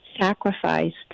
sacrificed